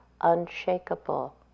unshakable